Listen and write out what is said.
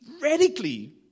radically